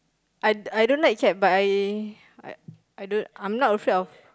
I I don't like cat but I I not afraid of